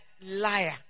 liar